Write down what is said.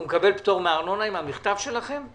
הוא מקבל פטור מארנונה עם המכתב שלכם?